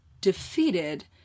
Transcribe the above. defeated